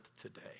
today